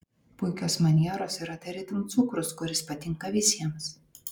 puikios manieros yra tarytum cukrus kuris patinka visiems